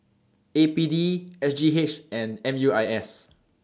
A P D S G H and M U I S